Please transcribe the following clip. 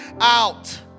out